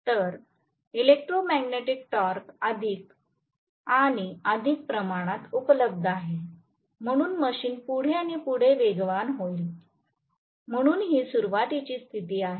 तर electromagnetic torque अधिक आणि अधिक प्रमाणात उपलब्ध आहे म्हणून मशीन पुढे आणि पुढे वेगवान होईल म्हणून ही सुरुवातीची स्थिती आहे